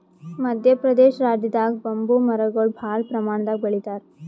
ಮದ್ಯ ಪ್ರದೇಶ್ ರಾಜ್ಯದಾಗ್ ಬಂಬೂ ಮರಗೊಳ್ ಭಾಳ್ ಪ್ರಮಾಣದಾಗ್ ಬೆಳಿತಾರ್